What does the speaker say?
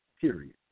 period